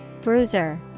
Bruiser